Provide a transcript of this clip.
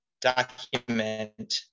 document